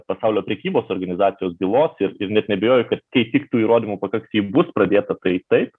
pasaulio prekybos organizacijos bylos ir net neabejoju kad kai tik tų įrodymų pakaks ji bus pradėta tai taip